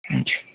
हुन्छ